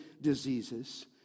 diseases